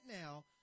now